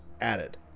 added